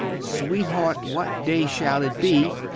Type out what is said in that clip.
sweatheart what day shall it be?